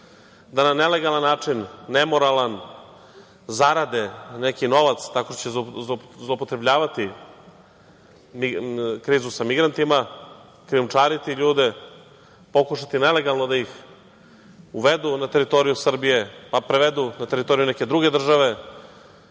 da na nelegalan i nemoralan način zarade neki novac tako što će zloupotrebljavati krizu sa migrantima, krijumčariti ljude, pokušati nelegalno da ih uvedu na teritoriju Srbije a prevedu na teritoriju neke druge države,